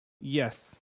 Yes